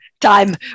time